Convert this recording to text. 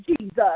Jesus